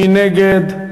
מי נגד?